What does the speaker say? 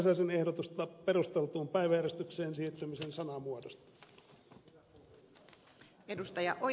räsäsen ehdotusta perustellun päiväjärjestykseen siirtymisen sanamuodosta